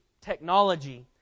technology